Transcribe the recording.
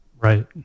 Right